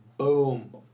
Boom